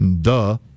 Duh